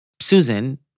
Susan